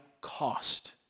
cost